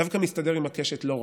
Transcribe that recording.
דווקא מסתדר עם הקשת לא רע: